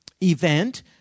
event